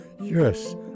Yes